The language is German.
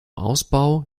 ausbau